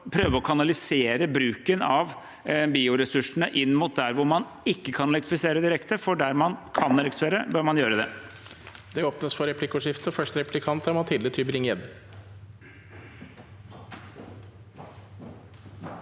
å prøve å kanalisere bruken av bioressursene inn mot der hvor man ikke kan elektrifisere direkte. For der man kan elektrifisere, bør man gjøre det.